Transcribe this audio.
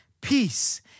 peace